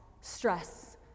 stress